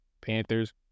Panthers